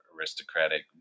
aristocratic